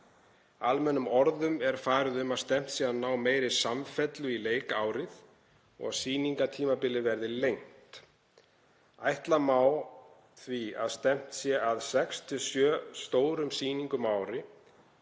Almennum orðum er farið um að stefnt sé að því að ná meiri samfellu í leikárið og að sýningartímabilið verði lengt. Því má ætla að stefnt sé að 6–7 stórum sýningum á